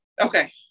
Okay